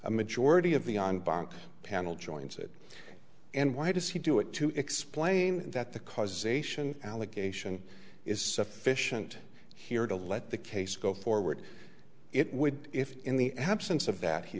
a majority of the on bank panel joins it and why does he do it to explain that the causation allegation is sufficient here to let the case go forward it would if in the absence of that he